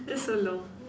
that's so long